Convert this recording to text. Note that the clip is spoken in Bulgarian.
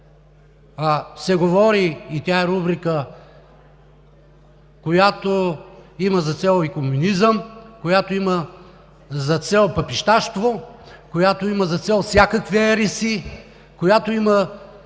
за вярата, рубрика, която има за цел и комунизъм, която има за цел папищашство, която има за цел всякакви ереси, която има